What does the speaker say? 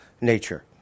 nature